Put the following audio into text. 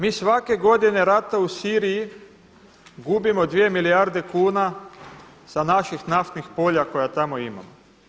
Mi svake godine rata u Siriji gubimo 2 milijarde kuna sa naših naftnih polja koja tamo imamo.